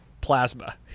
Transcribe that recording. Plasma